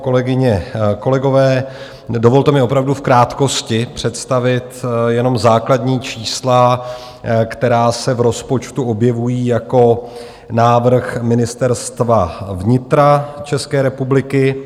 Kolegyně, kolegové, dovolte mi opravdu v krátkosti představit jenom základní čísla, která se v rozpočtu objevují jako návrh Ministerstva vnitra České republiky.